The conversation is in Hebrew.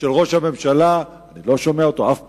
של ראש הממשלה, אני לא שומע אותו אף פעם.